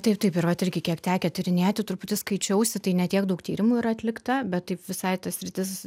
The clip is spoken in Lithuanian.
taip taip ir vat irgi kiek tekę tyrinėti truputį skaičiausi tai ne tiek daug tyrimų yra atlikta bet taip visai ta sritis